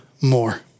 more